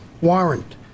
warrant